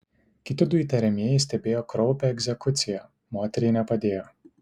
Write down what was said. kiti du įtariamieji stebėjo kraupią egzekuciją moteriai nepadėjo